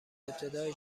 ابتدای